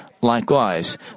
likewise